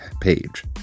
page